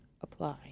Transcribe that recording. apply